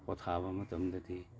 ꯄꯣꯊꯥꯕ ꯃꯇꯝꯗꯗꯤ